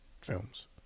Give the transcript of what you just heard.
films